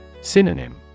Synonym